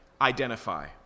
identify